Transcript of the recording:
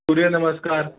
सूर्यनमस्कार